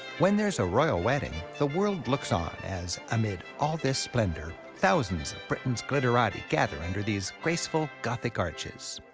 when there's a royal wedding, the world looks on as, amid all this splendor, thousands of britain's glitterati gather under these graceful gothic arches.